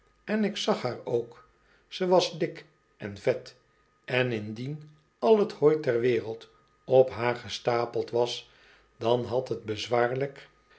én ik zag haar ook zij was dik en vet en indien al t hooi ter wereld op haar gestapeld was dan had het bezwaarlijk